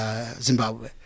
Zimbabwe